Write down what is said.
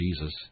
Jesus